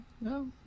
no